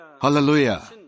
Hallelujah